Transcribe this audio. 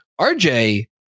RJ